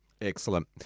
Excellent